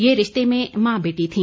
ये रिश्ते में मां बेटी थी